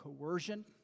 coercion